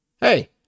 hey